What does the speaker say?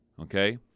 okay